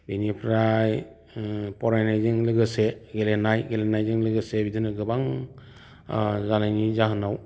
बेनिफ्राय फरायनायजों लोगोसे गेलेनाय गेलेनायजों लोगोसे बिदिनो गोबां जानायनि जाहोनाव